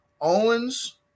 Owens